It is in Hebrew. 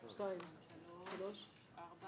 55